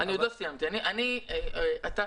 אני עוד לא סיימתי.